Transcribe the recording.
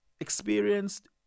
experienced